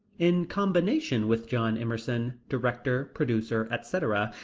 in combination with john emerson, director, producer, etc,